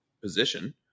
position